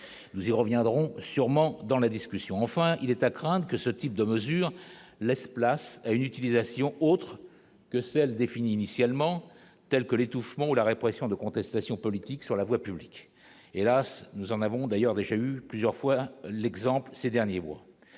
nous y reviendront sûrement dans la discussion, enfin il est à craindre que ce type de mesure laisse place à une utilisation autre que celles définies initialement tels que l'étouffement ou la répression de contestation politique sur la voie publique, hélas, nous en avons d'ailleurs déjà eu plusieurs fois l'exemple ces derniers mois,